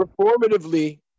Performatively